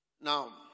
Now